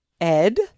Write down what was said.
Ed